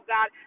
God